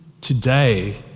today